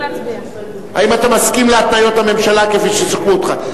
האם אתה מסכים להתניות הממשלה כפי שסוכמו אתך?